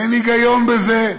אין היגיון בזה,